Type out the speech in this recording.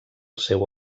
seu